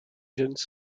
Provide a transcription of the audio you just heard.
jeunes